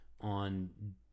on